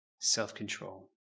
self-control